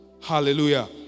Hallelujah